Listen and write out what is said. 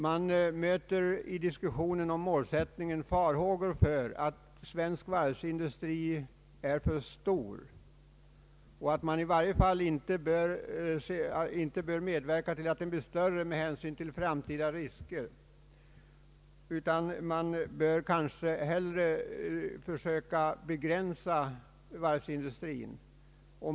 Man möter i diskussionen om målsättningen farhågor för att svensk varvsindustri är för stor, och det anses att vi i varje fall inte bör medverka till att den blir större med hänsyn till framtida risker. Man bör kanske hellre försöka begränsa varvsindustrin.